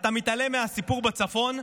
אתה מתעלם מהסיפור בצפון,